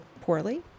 poorly